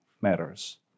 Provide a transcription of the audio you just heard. matters